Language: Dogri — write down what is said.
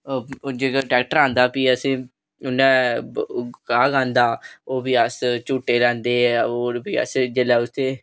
जेल्लै ट्रैक्टर औंदा भी असें ओह्लै गाह् गांह्दा ओह् बी अस झूटे लैंदे होर बी अस जेल्लै